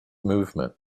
movement